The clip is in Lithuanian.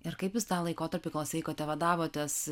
ir kaip jūs tą laikotarpį kol sveikote vadavotės